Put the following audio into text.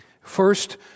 First